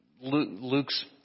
Luke's